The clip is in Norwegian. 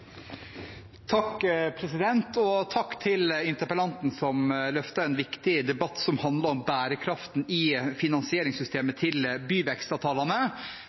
til interpellanten, som løfter en viktig debatt som handler om bærekraften i finansieringssystemet for byvekstavtalene.